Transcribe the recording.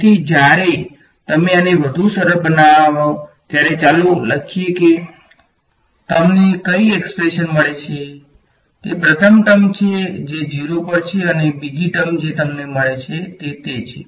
તેથી જ્યારે તમે આને વધુ સરળ બનાવો ત્યારે ચાલો લખીએ કે તમને કઈ એક્સપ્રેશન મળે છે તે પ્રથમ ટર્મ છે જે 0 પર છે અને બીજી ટર્મ જે તમને મળે છે તે છે